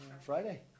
Friday